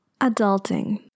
Adulting